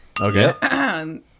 Okay